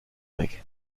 weg